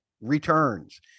returns